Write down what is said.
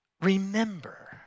remember